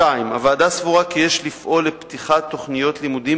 2. הוועדה סבורה כי יש לפעול לפתיחת תוכניות לימודים